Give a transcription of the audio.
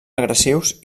agressius